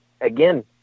Again